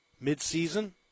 mid-season